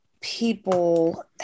people